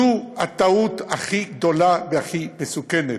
זו הטעות הכי גדולה והכי מסוכנת.